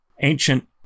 ancient